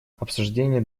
обсуждение